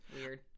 Weird